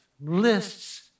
lists